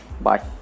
bye